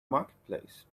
marketplace